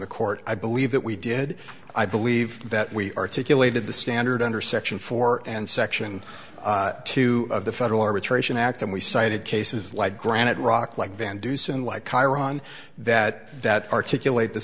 the court i believe that we did i believe that we articulated the standard under section four and section two of the federal arbitration act and we cited cases like granite rock like van dusen like hieron that that articulate the